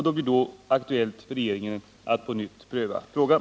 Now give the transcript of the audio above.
Det blir då aktuellt för regeringen att på nytt pröva frågan.